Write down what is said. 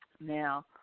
Now